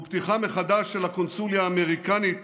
ופתיחה מחדש של הקונסוליה האמריקנית